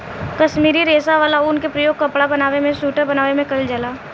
काश्मीरी रेशा वाला ऊन के प्रयोग कपड़ा बनावे में सुइटर बनावे में कईल जाला